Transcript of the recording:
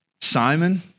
Simon